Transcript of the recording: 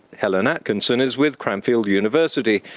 helen atkinson is with cranfield university,